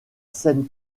scène